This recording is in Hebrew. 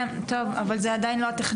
כן טוב, אבל זה עדיין לא הטכניון.